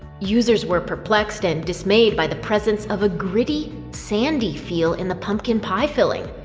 users were perplexed and dismayed by the presence of a gritty, sandy feel in the pumpkin pie filling.